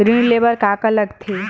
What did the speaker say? ऋण ले बर का का लगथे?